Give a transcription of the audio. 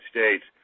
States